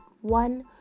one